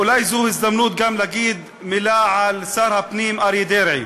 אולי זו הזדמנות גם להגיד מילה על שר הפנים אריה דרעי.